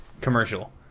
commercial